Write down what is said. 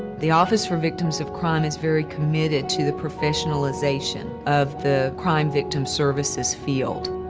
the office for victims of crime is very committed to the professionalization of the crime victim services field.